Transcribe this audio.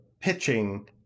pitching